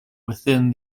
within